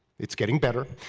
it is getting better.